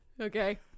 Okay